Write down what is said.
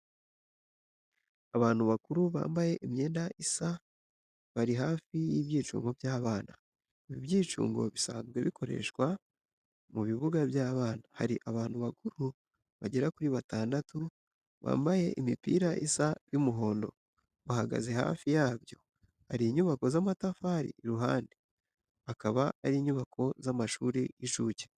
Abantu bakuru bambaye imyenda isa bari hafi y'ibyicungo by’abana. Ibi byicungo bisanzwe bikoreshwa mu bibuga by’abana. Hari abantu bakuru bagera kuri batandatu, bambaye imipira isa y'umuhondo, bahagaze hafi yabyo, hari inyubako z’amatafari iruhande, akaba ari inyubako z'amashuri y'incuke.